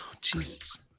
Jesus